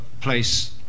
place